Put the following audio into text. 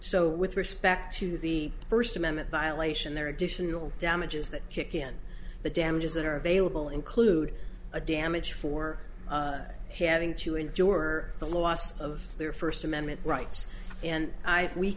so with respect to the first amendment violation there are additional damages that kick in the damages that are available include a damage for having to endure the loss of their first amendment rights and i we